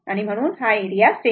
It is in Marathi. तर हा सेम एरिया आहे बरोबर